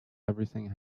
everything